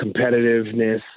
competitiveness